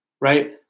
Right